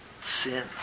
sin